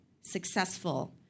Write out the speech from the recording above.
Successful